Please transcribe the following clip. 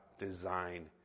design